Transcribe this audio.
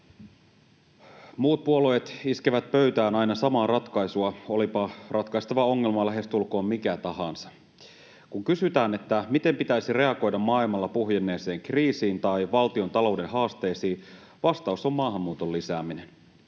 Muut puolueet iskevät pöytään aina samaa ratkaisua, olipa ratkaistava ongelma lähestulkoon mikä tahansa. Kun kysytään, miten pitäisi reagoida maailmalla puhjenneeseen kriisiin tai valtiontalouden haasteisiin, vastaus on maahanmuuton lisääminen.